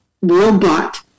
robot